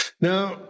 Now